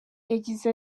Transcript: yagize